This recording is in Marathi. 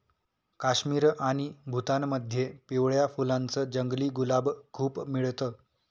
काश्मीर आणि भूतानमध्ये पिवळ्या फुलांच जंगली गुलाब खूप मिळत